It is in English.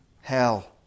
hell